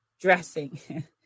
dressing